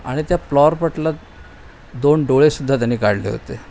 आणि त्या फ्लॉवरपॉटला दोन डोळेसुद्धा त्यांनी काढले होते